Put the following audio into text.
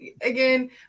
again